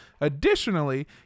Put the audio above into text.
Additionally